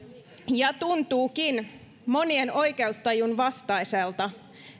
ja tuntuukin monien oikeustajun vastaiselta